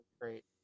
great